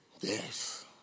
Yes